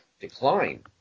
decline